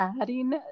adding